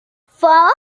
four